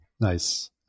Nice